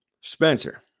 spencer